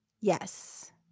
Yes